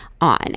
on